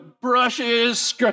brushes